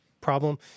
problem